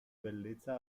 bellezza